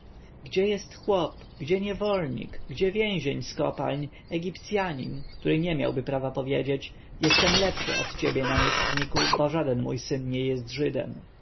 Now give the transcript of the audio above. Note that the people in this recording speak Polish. gdzie jest chłop gdzie niewolnik gdzie więzień z kopalń egipcjanin który nie miałby prawa powiedzieć jestem lepszy od ciebie namiestniku bo żaden mój syn nie był żydem